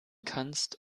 kannst